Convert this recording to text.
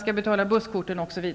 skall betala maten, busskort osv.